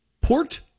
port